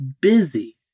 busy